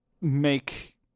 make